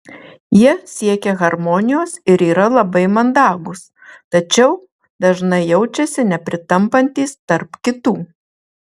jie siekia harmonijos ir yra labai mandagūs tačiau dažnai jaučiasi nepritampantys tarp kitų